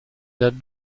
der